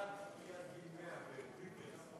אדוני היושב-ראש,